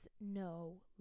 no